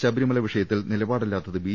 ശബരിമല വിഷയത്തിൽ നിലപാടില്ലാത്തത് ബി